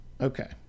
Okay